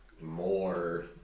more